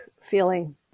feeling